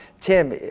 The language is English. Tim